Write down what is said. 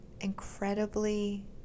incredibly